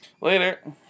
Later